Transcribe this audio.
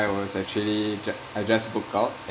I was actually ju~ I just book out